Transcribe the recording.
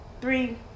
Three